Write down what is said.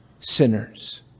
sinners